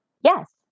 yes